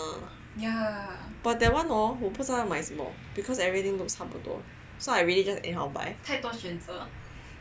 but that one hor 我不知道要买什么 because everything looks 差不多 so I really just anyhow buy